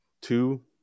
two